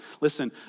Listen